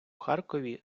харкові